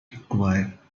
require